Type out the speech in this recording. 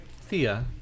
Thea